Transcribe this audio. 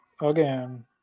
Again